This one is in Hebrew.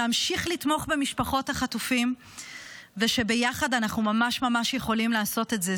להמשיך לתמוך במשפחות החטופים ושביחד אנחנו ממש ממש יכולים לעשות את זה.